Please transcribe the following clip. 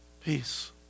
peace